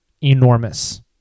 enormous